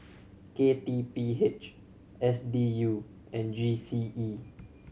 K T P H S D U and G C E